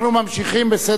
חבר הכנסת אקוניס.